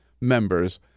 members